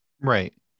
right